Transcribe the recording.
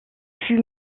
fut